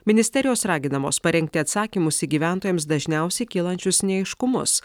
ministerijos raginamos parengti atsakymus į gyventojams dažniausiai kylančius neaiškumus